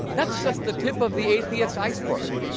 that's just the tip of the atheist iceberg.